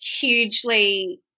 hugely